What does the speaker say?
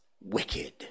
Wicked